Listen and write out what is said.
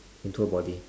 into her body